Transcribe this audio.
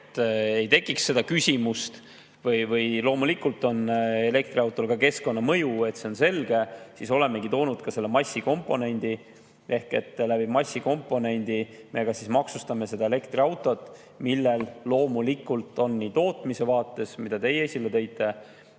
et ei tekiks seda küsimust: loomulikult on elektriautol ka keskkonnamõju, see on selge. Selleks olemegi toonud massikomponendi ehk massikomponendi kaudu me maksustame elektriautot, millel loomulikult on nii tootmise vaates, mida teie esile tõite,